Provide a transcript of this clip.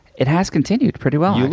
it has continued pretty well,